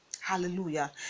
Hallelujah